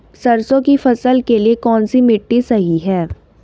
सरसों की फसल के लिए कौनसी मिट्टी सही हैं?